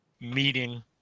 Meeting